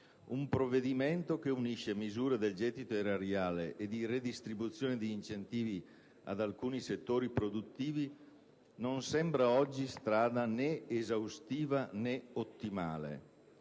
un provvedimento che unisce misure del gettito erariale e di redistribuzione di incentivi ad alcuni settori produttivi non sembra oggi strada né esaustiva, né ottimale.